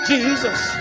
Jesus